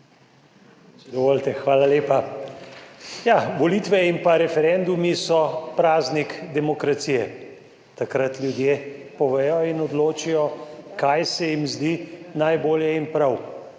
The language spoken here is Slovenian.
Dovolite. Hvala lepa. Ja, volitve in pa referendumi so praznik demokracije, takrat ljudje povedo in odločijo, kaj se jim zdi najbolje in prav.